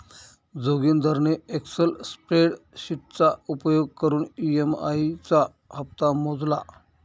जोगिंदरने एक्सल स्प्रेडशीटचा उपयोग करून ई.एम.आई चा हप्ता मोजला